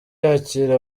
yakira